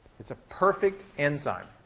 it's a perfect enzyme,